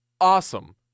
awesome